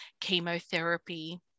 chemotherapy